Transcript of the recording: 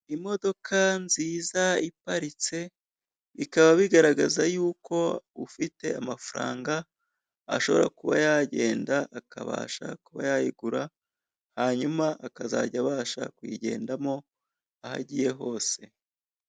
Imodoka nziza iparitse bikaba bigaragaza yuko ufite amafaranga ashobora kuba yagenda akabasha kuba yayigura hanyuma akazajya abasha kuyigendamo aho agiye hose.